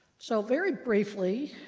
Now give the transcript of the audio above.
so very briefly,